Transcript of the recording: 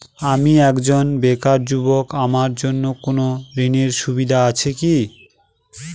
আমি একজন বেকার যুবক আমার জন্য কোন ঋণের সুবিধা আছে কি?